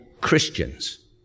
Christians